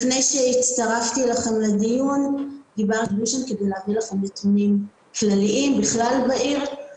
לפני שהצטרפתי אליכם לדיון אני אביא לכם נתונים מהעיר לראשון לציון.